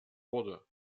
wurde